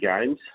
games